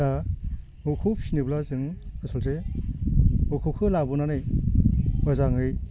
दा मोसौ फिनोब्ला जों आसलथे मोसौखौ लाबोनानै मोजाङै